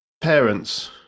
parents